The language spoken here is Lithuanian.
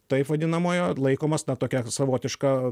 taip vadinamojo laikomas na tokia savotiška